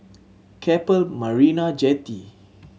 Keppel Marina Jetty